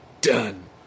done